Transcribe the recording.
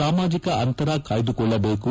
ಸಾಮಾಜಿಕ ಅಂತರ ಕಾಯ್ಲುಕೊಳ್ಳಬೇಕು